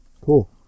Cool